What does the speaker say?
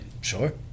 sure